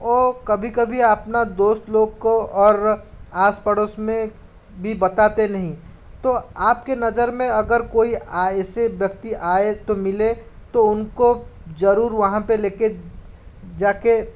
ओ कभी कभी आपना दोस्त लोग को और आस पड़ोस में भी बताते नहीं तो आपके नज़र में अगर कोई ऐसे व्यक्ति आए तो मिले तो उनको ज़रूर वहाँ पर लेकर जाकर